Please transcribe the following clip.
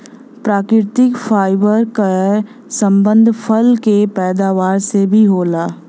प्राकृतिक फाइबर क संबंध फल क पैदावार से भी होला